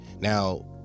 now